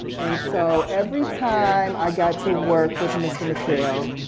and so every time i got to work with mr. mckayle